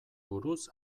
buruz